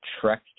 trek